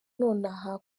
nonaha